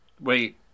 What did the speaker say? Wait